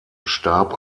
starb